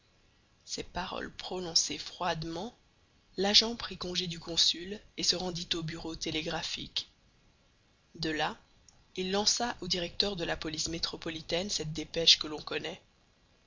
ces paroles prononcées froidement l'agent prit congé du consul et se rendit au bureau télégraphique de là il lança au directeur de la police métropolitaine cette dépêche que l'on connaît